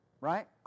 Right